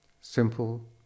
simple